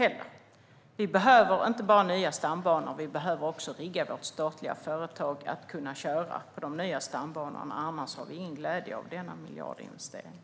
Sverige behöver inte bara nya stambanor, utan vi behöver också rigga statliga företag att köra på de nya stambanorna. Annars har vi ingen glädje av denna miljardinvestering.